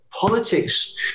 politics